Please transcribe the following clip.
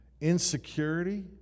Insecurity